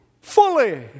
fully